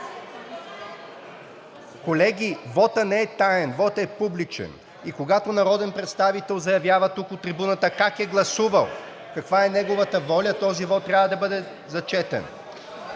Колеги, вотът не е таен, вотът е публичен и когато народен представител заявява тук от трибуната как е гласувал – каква е неговата воля, този вот трябва да бъде зачетен.